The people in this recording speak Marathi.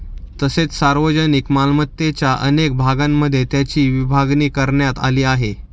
तसेच सार्वजनिक मालमत्तेच्या अनेक भागांमध्ये त्याची विभागणी करण्यात आली आहे